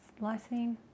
lysine